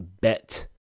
Bet